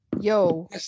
Yo